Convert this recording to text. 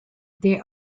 they